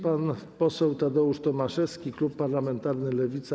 Pan poseł Tadeusz Tomaszewski, klub parlamentarny Lewica.